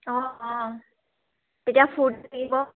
অঁ অঁ তেতিয়া ফুৰ্তি লাগিব